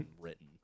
written